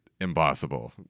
impossible